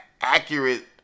accurate